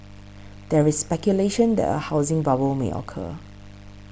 there is speculation that a housing bubble may occur